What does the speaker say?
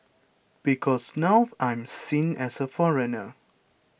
because now I'm seen as a foreigner